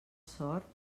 sort